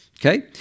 Okay